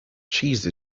cheese